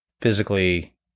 physically